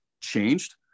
changed